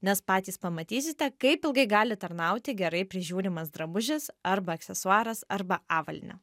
nes patys pamatysite kaip ilgai gali tarnauti gerai prižiūrimas drabužis arba aksesuaras arba avalynė